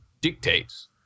dictates